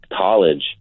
college